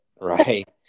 right